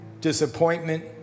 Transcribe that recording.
disappointment